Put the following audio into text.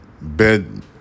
bed